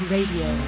Radio